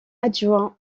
adjoint